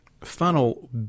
funnel